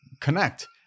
connect